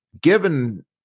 given